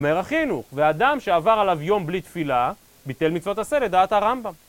זה אומר, אחינו, ואדם שעבר עליו יום בלי תפילה ביטל מצוות עשה לדעת הרמב״ם.